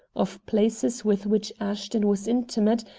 of places with which ashton was intimate,